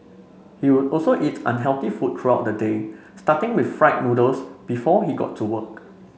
he would also eat unhealthy food throughout the day starting with fried noodles before he got to work